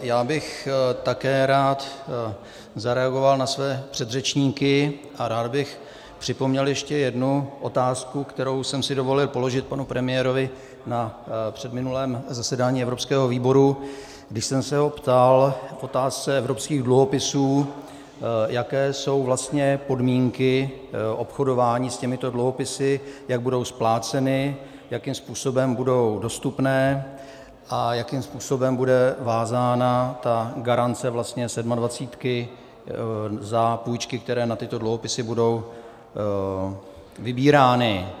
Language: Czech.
Já bych také rád zareagoval na své předřečníky a rád bych připomněl ještě jednu otázku, kterou jsem si dovolil položit panu premiérovi na předminulém zasedání evropského výboru, kdy jsem se ho ptal k otázce evropských dluhopisů, jaké jsou vlastně podmínky obchodování s těmito dluhopisy, jak budou spláceny, jakým způsobem budou dostupné a jakým způsobem bude vázána ta garance sedmadvacítky za půjčky, které na tyto dluhopisy budou vybírány.